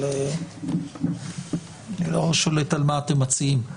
אבל אני לא שולט על מה שאתם מציעים.